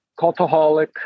Cultaholic